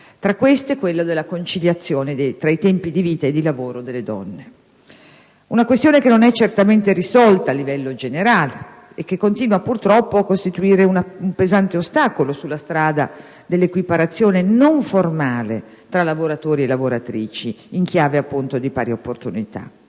vi è quella della conciliazione tra i tempi di vita e di lavoro delle donne. Una questione che non è certamente risolta a livello generale e che continua purtroppo a costituire un pesante ostacolo sulla strada dell'equiparazione non formale tra lavoratori e lavoratrici in chiave di pari opportunità.